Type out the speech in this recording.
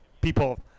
people